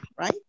right